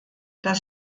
das